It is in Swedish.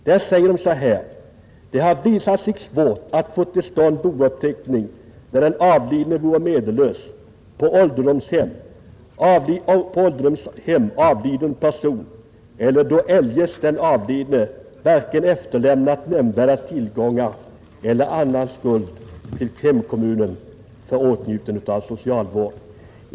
De säger där att det hade visat sig svårt att få till stånd bouppteckning när den avlidne vore en medellös, på ålderdomshem avliden person eller då eljest den avlidne varken efterlämnat nämnvärda tillgångar eller annan skuld till hemkommunen för åtnjuten socialvård.